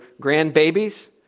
grandbabies